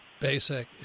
basic